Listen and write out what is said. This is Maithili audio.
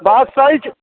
बात सही छै